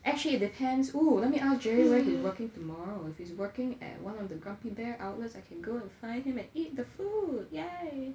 actually it depends oh let me ask jerry where he's working tomorrow if he's working at one of the grumpy bear outlets I can go and find him and eat the food !yay!